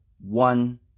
one